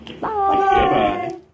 Bye